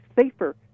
safer